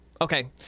okay